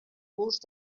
gust